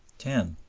ten.